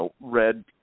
red